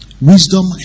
Wisdom